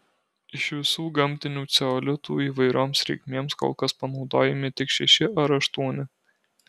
iš visų gamtinių ceolitų įvairioms reikmėms kol kas panaudojami tik šeši ar aštuoni